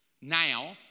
now